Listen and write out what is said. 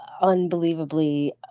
unbelievably